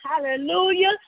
hallelujah